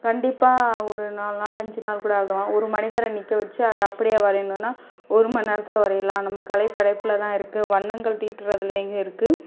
கண்டிப்பாக ஒரு நாலு நாள் அஞ்சு நாள் கூட ஆகலாம் ஒரு மனிதரை நிற்க வச்சு அதை அப்படியே வரையணுன்னால் ஒரு மணி நேரத்தில் வரையலாம் நம்ம கலைப் படைப்பில் தான் இருக்குது வண்ணங்கள் தீட்டுகிறதுலேங்க இருக்குது